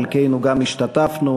חלקנו גם השתתפנו,